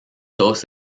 todos